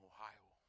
Ohio